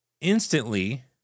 Instantly